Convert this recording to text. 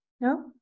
no